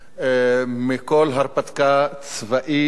מכל הרפתקה צבאית